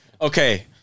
Okay